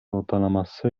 ortalaması